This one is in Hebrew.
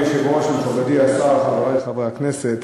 מכובדי השר, חברי חברי הכנסת,